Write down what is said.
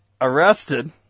arrested